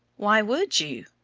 why would you?